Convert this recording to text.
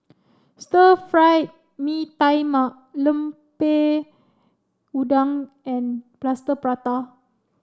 Stir Fried Mee Tai Mak Lemper Udang and Plaster Prata